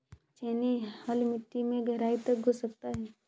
छेनी हल मिट्टी में गहराई तक घुस सकता है